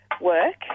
work